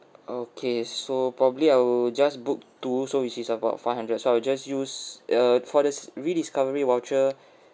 okay so probably I will just book two so it is about five hundred so I will just use err for the s~ rediscovery voucher